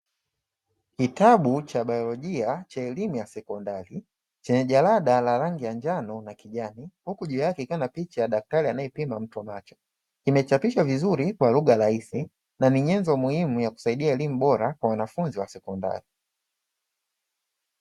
Kitabu cha baiolojia cha elimu ya sekondari chenye jalada la rangi ya njano na kijani, huku juu yake ikiwa na picha ya daktari anayepima mtu macho, kimechapishwa vizuri kwa lugha rahisi na ni nyenzo muhimu ya kusidia elimu bora kwa wanafunzi wa sekondari.